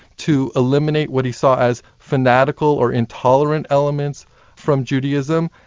to eliminate what he saw as fanatical or intolerant elements from judaism,